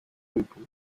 pupil